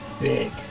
big